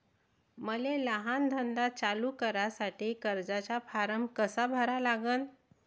मले लहान धंदा चालू करासाठी कर्जाचा फारम कसा भरा लागन?